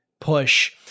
push